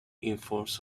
informs